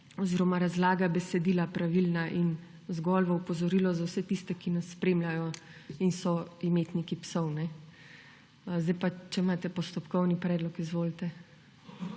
oziroma razlaga besedila pravilna in zgolj v opozorilo za vse tiste, ki nas spremljajo in so imetniki psov. Če imate postopkovni predlog, izvolite.